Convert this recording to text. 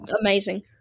amazing